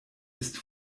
ist